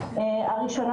הראשונה,